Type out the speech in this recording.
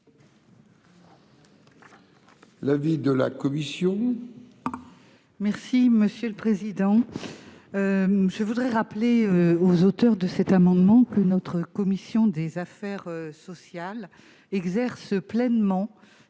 l'avis de la commission